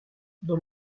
dans